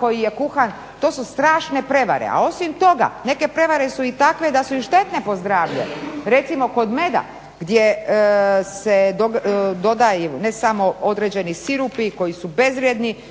koji je kuhan. To su strašne prevare. A osim toga neke prevare su i takve da su i štetne po zdravlje. Recimo kod meda gdje se dodaju ne samo određeni sirupi koji su bezvrijedni,